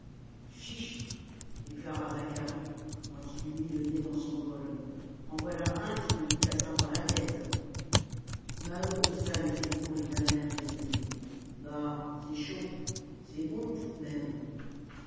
fichtre déclara zacharie quand il eut mis le nez dans son bol en voilà un qui ne nous cassera pas la tête maheu haussa les épaules d'un air résigné bah c'est chaud c'est bon tout de même